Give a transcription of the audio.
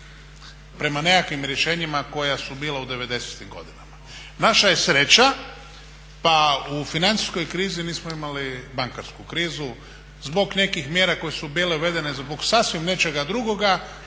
prema nekakvim rješenjima koja su bila u '90.-tim godinama. Naša je sreća pa u financijskoj krizi nismo imali bankarsku krizu zbog nekih mjera koje su bile uvedene zbog sasvim nečega drugoga